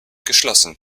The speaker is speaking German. geschlossen